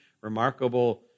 remarkable